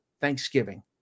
Thanksgiving